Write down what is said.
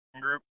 group